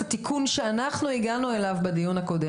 התיקון שאנחנו הגענו אליו בדיון הקודם.